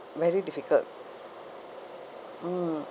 very difficult mm